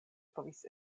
povis